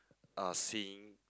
uh seeing